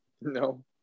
No